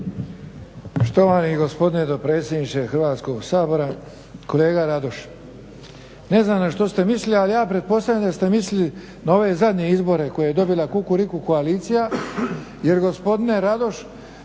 Štovani gospodine dopredsjedniče Hrvatskoga sabora. Kolega Radoš, ne znam na što ste mislili ali ja pretpostavljam da ste mislili na ove zadnje izbore koje je dobila kukuriku koalicija. Jer gospodine Radoš